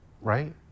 Right